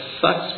sucks